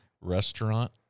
restaurant